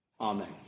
amen